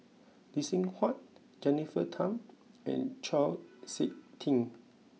Lee Seng Huat Jennifer Tham and Chau Sik Ting